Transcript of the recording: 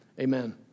amen